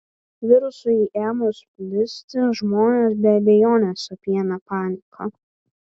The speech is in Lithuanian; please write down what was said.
virusui ėmus plisti žmonės be abejonės apėmė panika